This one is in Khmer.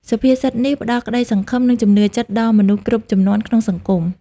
សុភាសិតនេះផ្ដល់ក្ដីសង្ឃឹម និងជំនឿចិត្តដល់មនុស្សគ្រប់ជំនាន់ក្នុងសង្គម។